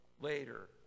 later